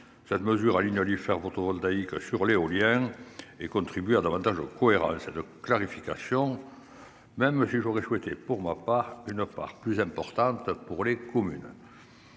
Cette mesure aligne l'Ifer photovoltaïque sur l'éolien et contribue à davantage de cohérence et de clarté, même si j'aurais souhaité une part plus importante pour les communes.